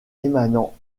émanant